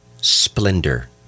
splendor